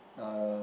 uh